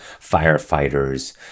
firefighters